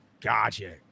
Gotcha